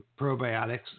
probiotics